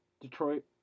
Detroit